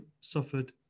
suffered